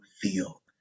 feel